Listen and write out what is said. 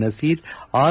Naseer R